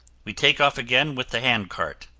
we take off again with the hand cart.